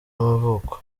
y’amavuko